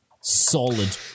solid